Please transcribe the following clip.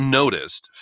noticed